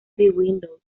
windows